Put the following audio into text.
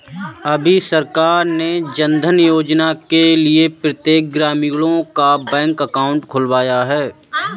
अभी सरकार ने जनधन योजना के लिए प्रत्येक ग्रामीणों का बैंक अकाउंट खुलवाया है